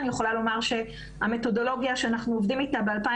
אני יכולה לומר שהמתודולוגיה שאנחנו עובדים איתה עבדה